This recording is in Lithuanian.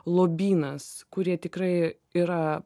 lobynas kurie tikrai yra